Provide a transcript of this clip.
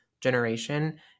generation